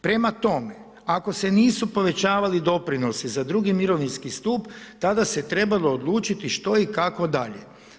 Prema tome, ako se nisu povećavali doprinosi za II. mirovinski stup, tada se trebalo odlučiti što i kako dalje.